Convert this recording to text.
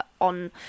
on